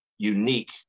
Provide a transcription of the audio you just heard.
unique